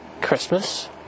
Christmas